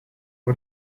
wie